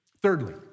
Thirdly